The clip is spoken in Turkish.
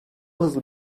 hızlı